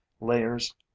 layers